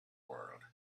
world